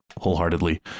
wholeheartedly